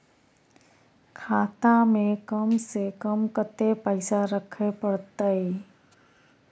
खाता में कम से कम कत्ते पैसा रखे परतै?